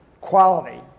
Quality